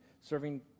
serving